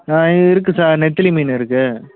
ஆ இருக்குது சார் நெத்திலி மீன் இருக்குது